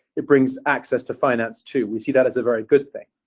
it brings access to finance, too. we see that as a very good thing.